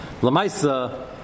Lamaisa